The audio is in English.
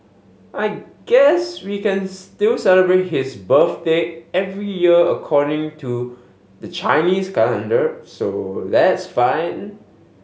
I guess we can still celebrate his birthday every year according to the Chinese calendar so that's fine